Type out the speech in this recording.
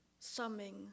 summing